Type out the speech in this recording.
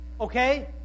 okay